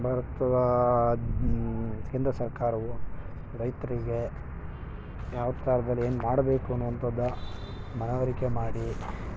ಭಾರತದ ಕೇಂದ್ರ ಸರ್ಕಾರವು ರೈತರಿಗೆ ಯಾವ ಕಾಲದಲ್ಲಿ ಏನು ಮಾಡಬೇಕು ಅನ್ನೋ ಅಂಥದ್ದು ಮನವರಿಕೆ ಮಾಡಿ